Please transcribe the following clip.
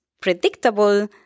predictable